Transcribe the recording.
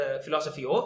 philosophy